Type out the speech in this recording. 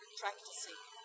practicing